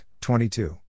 22